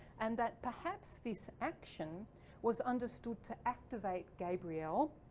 and that perhaps this action was understood to activate gabriel.